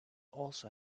also